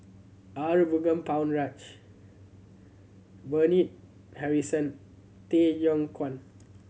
Arumugam Ponnu Rajah Bernard Harrison Tay Yong Kwang